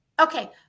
Okay